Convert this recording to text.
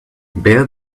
bail